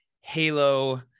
Halo